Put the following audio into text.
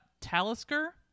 Talisker